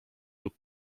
lub